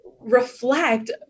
reflect